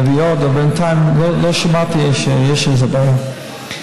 נביא עוד, ובינתיים לא שמעתי שיש איזו בעיה.